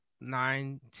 nine